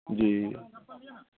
जी